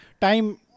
time